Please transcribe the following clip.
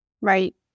Right